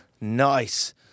Nice